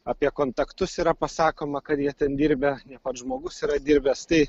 apie kontaktus yra pasakoma kad jie ten dirbę ne pats žmogus yra dirbęs tai